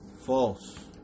false